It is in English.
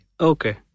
Okay